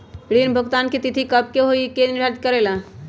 ऋण भुगतान की तिथि कव के होई इ के निर्धारित करेला?